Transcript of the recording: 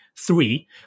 Three